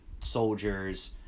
soldiers